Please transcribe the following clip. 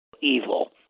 evil